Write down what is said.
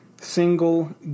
single